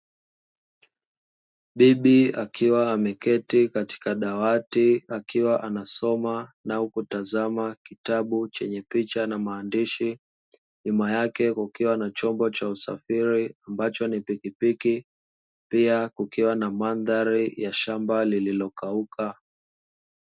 Bibi akiwa ameketi katika dawati, akiwa anasoma na kutazama kitabu chenye picha na maandishi, nyuma yake kukiwa na chombo cha usafiri ambacho ni pikipiki pia kukiwa na mandhari ya shamba lililokauka.